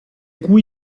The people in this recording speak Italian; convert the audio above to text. cui